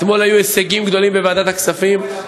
אתמול היו הישגים גדולים בוועדת הכספים, אורן,